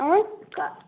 ഏ കാ